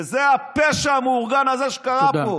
וזה הפשע המאורגן הזה שקרה פה.